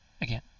Again